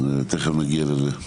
תכף נגיע לזה.